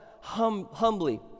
humbly